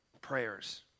prayers